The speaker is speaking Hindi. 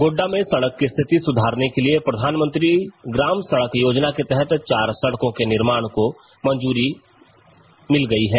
गोड्डा में सड़क की स्थिति सुधारने के लिए प्रधानमंत्री ग्राम सड़क योजना के तहत चार सड़को के निर्माण की मंजूरी केन्द्र सरकार ने दी है